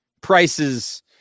prices